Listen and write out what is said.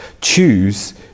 choose